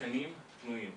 תקנים פנויים.